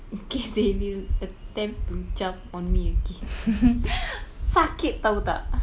in case they will attempt to jump on me again sakit [tau] tak